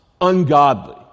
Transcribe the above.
Ungodly